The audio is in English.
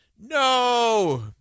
No